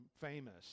famous